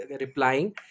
replying